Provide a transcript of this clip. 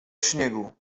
śniegu